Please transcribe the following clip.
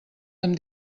amb